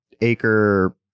acre